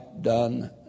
done